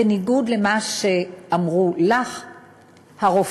בניגוד למה שאמרו לך הרופאים,